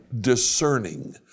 discerning